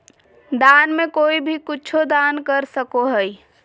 दान में कोई भी कुछु दान कर सको हइ